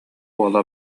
уола